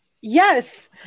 Yes